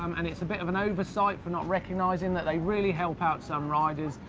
um and it's a bit of an oversight for not recognising that they really help out some riders,